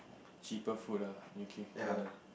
cheaper food lah okay fair lah